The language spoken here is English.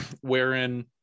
wherein